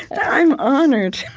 i'm honored.